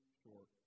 short